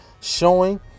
showing